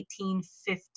1815